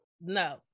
No